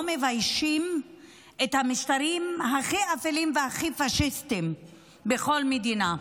מביישים את המשטרים הכי אפלים והכי פשיסטים בכל מדינה.